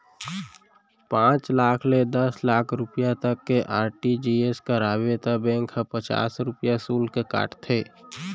पॉंच लाख ले दस लाख रूपिया तक के आर.टी.जी.एस कराबे त बेंक ह पचास रूपिया सुल्क काटथे